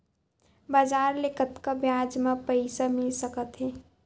बजार ले कतका ब्याज म पईसा मिल सकत हे?